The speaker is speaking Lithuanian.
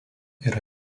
yra